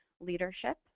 leadership